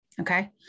Okay